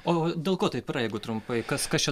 o dėl ko taip yra jeigu trumpai kas kas čia